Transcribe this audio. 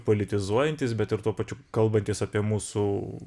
politizuojantys bet ir tuo pačiu kalbantys apie mūsų